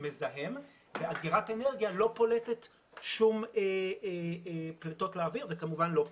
מזהם ואגירת אנרגיה לא פולטת שום פליטות לאוויר וכמובן לא פי.וי.